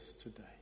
today